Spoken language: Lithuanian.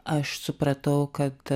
aš supratau kad